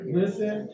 listen